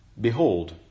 behold